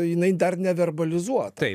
jinai dar neverbalizuota